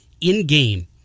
in-game